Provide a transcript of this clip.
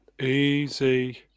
easy